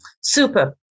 super